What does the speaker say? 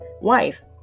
wife